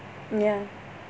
ya